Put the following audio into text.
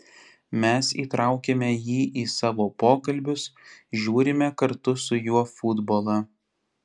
mes įtraukiame jį į savo pokalbius žiūrime kartu su juo futbolą